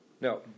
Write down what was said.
no